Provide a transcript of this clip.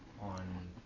on